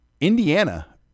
Indiana